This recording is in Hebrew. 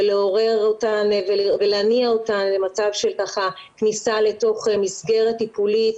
בלעורר אותן ולהניע אותן למצב של כניסה לתוך מסגרת טיפולית,